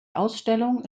ausstellung